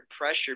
pressure